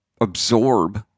absorb